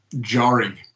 jarring